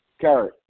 Carrie